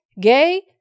Gay